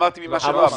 אמרתי: ממה שלא אמרת.